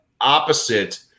opposite